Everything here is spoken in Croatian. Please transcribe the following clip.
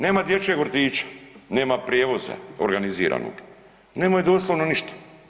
Nema dječjeg vrtića, nema prijevoza organiziranog, nemaju doslovno ništa.